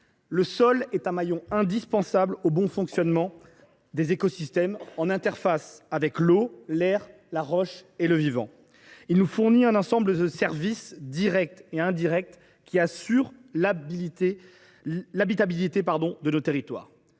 le sol est un maillon indispensable au bon fonctionnement des écosystèmes, en interface avec l’eau, l’air, la roche, le vivant. Il nous fournit un ensemble de services, directs et indirects, qui assurent l’habitabilité de nos territoires.